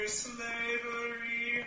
slavery